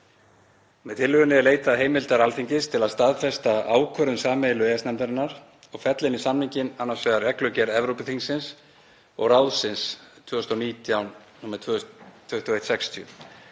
Með tillögunni er leitað heimildar Alþingis til að staðfesta ákvörðun sameiginlegu EES-nefndarinnar og fella inn í samninginn annars vegar reglugerð Evrópuþingsins og ráðsins (ESB) 2019/2160